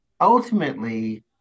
ultimately